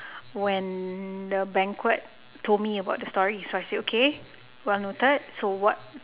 when the banquet told me about the story so I said okay well noted so what